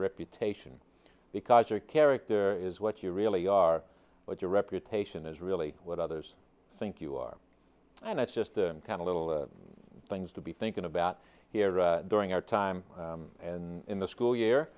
reputation because your character is what you really are what your reputation is really what others think you are and it's just the kind of little things to be thinking about here during our time and in the school year